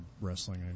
wrestling